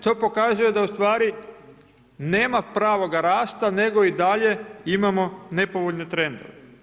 To pokazuje da u stvari, nema pravoga rasta nego i dalje imamo nepovoljne trendove.